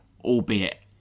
albeit